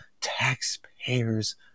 taxpayers